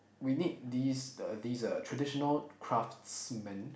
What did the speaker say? we need these the these a traditional craftsmen